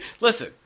Listen